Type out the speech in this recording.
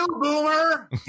Boomer